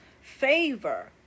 favor